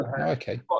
okay